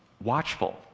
watchful